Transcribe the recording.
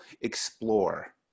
explore